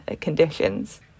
conditions